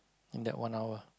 in that one hour